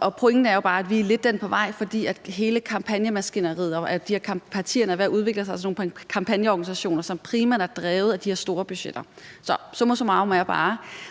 Og pointen er jo bare, at vi er lidt på vej i samme retning med hele kampagnemaskineriet, og partierne er ved at udvikle sig til sådan nogle kampagneorganisationer, som primært er drevet af de her store budgetter. Summa summarum: